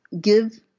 give